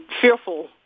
fearful